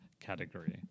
Category